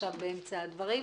סמנכ"ל משאבי טבע.